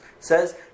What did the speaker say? says